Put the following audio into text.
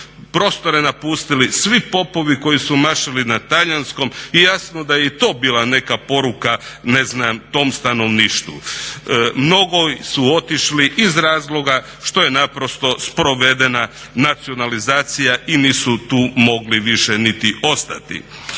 prostore napustili svi popovi koji su …/Govornik se ne razumije./… na talijanskom i jasno da je i to bila neka poruka ne znam tom stanovništvu. Mnogi su otišli iz razloga što je naprosto sprovedena nacionalizacija i nisu tu mogli više niti ostati.